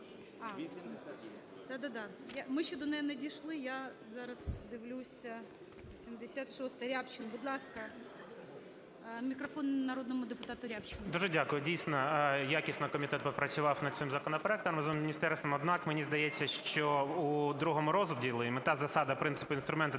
Ми ще до неї не дійшли, я зараз дивлюся 76-у. Рябчин, будь ласка. Мікрофон народному депутату Рябчину. 16:16:26 РЯБЧИН О.М. Дуже дякую. Дійсно, якісно комітет попрацював над цим законопроектом разом з міністерством. Однак, мені здається, що у другому розділі – мета, засада і принципи, інструменти